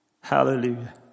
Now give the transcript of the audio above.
Hallelujah